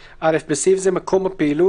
כדי למנוע את הסיכון להתפשטות נגיף הקורונה,